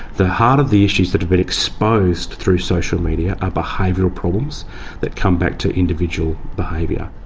the heart of the issues that have been exposed through social media are behavioural problems that come back to individual behaviour.